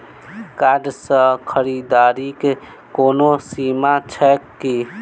Card सँ खरीददारीक कोनो सीमा छैक की?